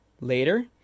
Later